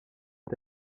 est